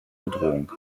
bedrohung